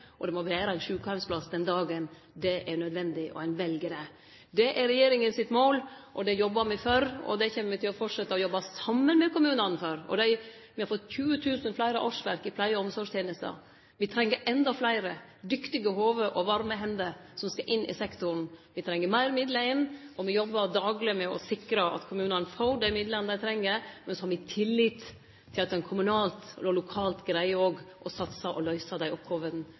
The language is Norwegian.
Og det må vere ein sjukeheimsplass den dagen det er nødvendig, og ein vel det. Det er regjeringa sitt mål, det jobbar me for, og det kjem me til å fortsetje å jobbe saman med kommunane for. Me har fått 20 000 fleire årsverk i pleie- og omsorgstenesta. Me treng endå fleire dyktige hovud og varme hender inn i sektoren. Me treng meir midlar inn, og me jobbar dagleg med å sikre at kommunane får dei midlane dei treng, men i tillit til at ein kommunalt og lokalt òg greier å satse på og løyse dei oppgåvene